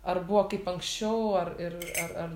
ar buvo kaip anksčiau ar ir ar ar